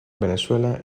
venezuela